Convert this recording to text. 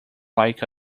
like